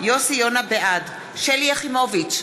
בעד שלי יחימוביץ,